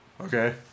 okay